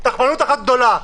תחמנות אחת גדולה.